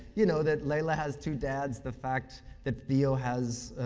you know, that leila has two dads. the fact that theo has